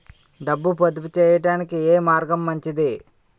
డబ్బు పొదుపు చేయటానికి ఏ మార్గం మంచిది?